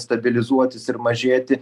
stabilizuotis ir mažėti